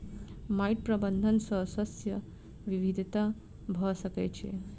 माइट प्रबंधन सॅ शस्य विविधता भ सकै छै